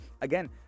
again